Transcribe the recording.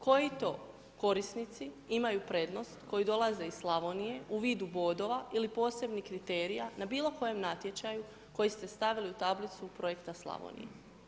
Koji to korisnici imaju prednost koji dolaze iz Slavonije u vidu bodova ili posebnih kriterija na bilo kojem natječaju koji ste stavili u tablicu Projekta Slavonije.